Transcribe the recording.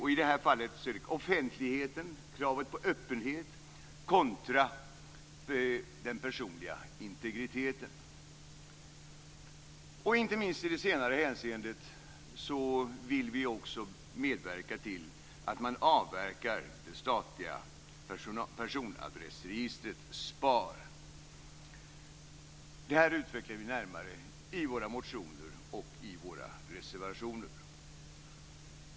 I det här fallet är det offentligheten, kravet på öppenhet, kontra den personliga integriteten. Inte minst i det senare hänseendet vill vi medverka till att man avverkar det statliga personadressregistret Spar. Detta utvecklar vi närmare i våra motioner och i våra reservationer.